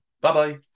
Bye-bye